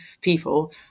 people